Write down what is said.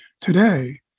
Today